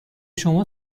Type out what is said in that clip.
شما